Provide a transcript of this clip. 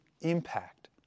impact